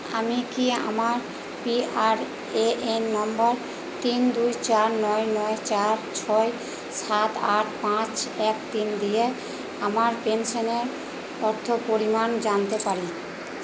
আমি কি আমার পিআরএএন নম্বর তিন দুই চার নয় নয় চার ছয় সাত আট পাঁচ এক তিন দিয়ে আমার পেনশনের অর্থ পরিমাণ জানতে পারি